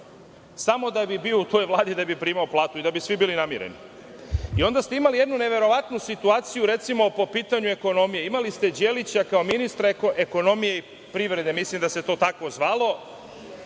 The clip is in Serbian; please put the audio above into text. samo da bi bio u toj Vladi, da bi primao platu i da bi svi bili namireni. Onda ste imali jednu neverovatnu situaciju, recimo, po pitanju ekonomije. Imali ste Đelića kao ministra ekonomije i privrede, mislim da se to tako zvalo,